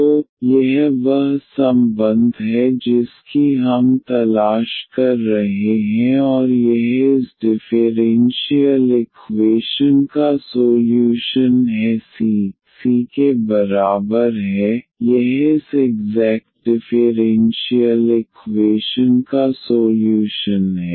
तो यह वह संबंध है जिसकी हम तलाश कर रहे हैं और यह इस डिफ़ेरेन्शियल इक्वेशन का सोल्यूशन है c c के बराबर है यह इस इग्ज़ैक्ट डिफ़ेरेन्शियल इक्वेशन का सोल्यूशन है